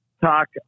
talk